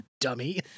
dummy